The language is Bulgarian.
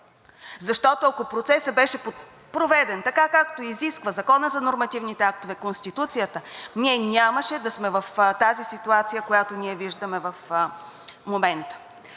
защото, ако процесът беше проведен така, както изисква Законът за нормативните актове, Конституцията, ние нямаше да сме в тази ситуация, която виждаме в момента.